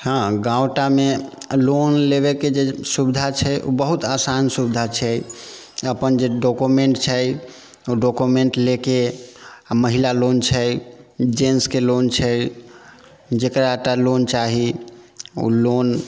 हाँ गाँवटामे लोन लेबे के जे सुविधा छै बहुत आसान सुविधा छै अपन जे डॉक्युमेन्ट छै ओ डॉक्युमेन्ट लए के महिला लोन छै जेन्सके लोन छै जेकराटा लोन चाही ओ लोन